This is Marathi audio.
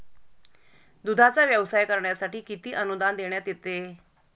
दूधाचा व्यवसाय करण्यासाठी किती अनुदान देण्यात येते?